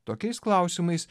tokiais klausimais